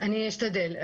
אני אשתדל.